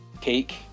cake